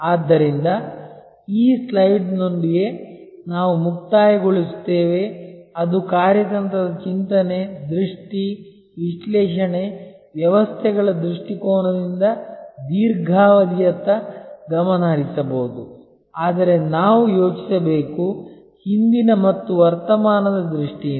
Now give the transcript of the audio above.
ಆದ್ದರಿಂದ ಈ ಸ್ಲೈಡ್ನೊಂದಿಗೆ ನಾವು ಮುಕ್ತಾಯಗೊಳಿಸುತ್ತೇವೆ ಅದು ಕಾರ್ಯತಂತ್ರದ ಚಿಂತನೆ ದೃಷ್ಟಿ ವಿಶ್ಲೇಷಣೆ ವ್ಯವಸ್ಥೆಗಳ ದೃಷ್ಟಿಕೋನದಿಂದ ದೀರ್ಘಾವಧಿಯತ್ತ ಗಮನ ಹರಿಸಬಹುದು ಆದರೆ ನಾವು ಯೋಚಿಸಬೇಕು ಹಿಂದಿನ ಮತ್ತು ವರ್ತಮಾನದ ದೃಷ್ಟಿಯಿಂದ